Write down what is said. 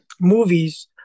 movies